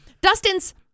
Dustin's